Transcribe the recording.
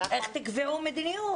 איך תגזרו מדיניות?